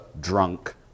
drunk